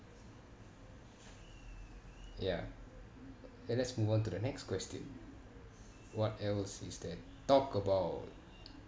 ya okay let's move on to the next question what else is there talk about